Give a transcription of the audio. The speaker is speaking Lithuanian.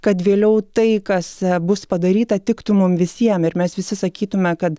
kad vėliau tai kas bus padaryta tiktų mum visiem ir mes visi sakytume kad